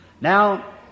Now